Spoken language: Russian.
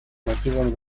мотивам